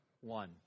one